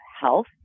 Health